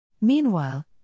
Meanwhile